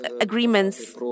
agreements